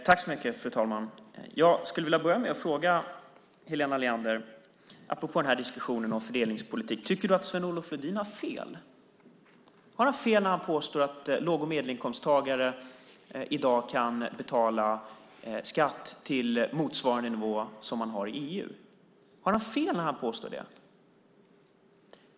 Fru talman! Jag skulle vilja ställa en fråga till Helena Leander apropå diskussionen om fördelningspolitik: Tycker du att Sven-Olof Lodin har fel? Har han fel när han påstår att låg och medelinkomsttagare i dag kan betala skatt till en nivå motsvarande den i EU?